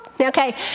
Okay